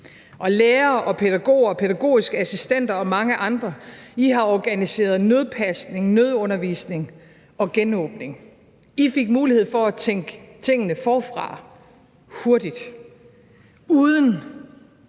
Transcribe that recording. Og lærere og pædagoger og pædagogiske assistenter og mange andre: I har organiseret nødpasning, nødundervisning og genåbning; I fik mulighed for at tænke tingene forfra hurtigt uden